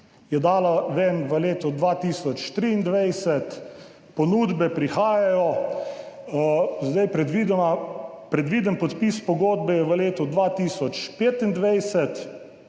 je dala ven v letu 2023, ponudbe prihajajo, predviden podpis pogodbe je v letu 2025,